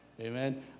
Amen